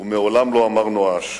ומעולם לא אמר נואש.